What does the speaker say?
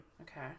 Okay